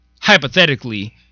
hypothetically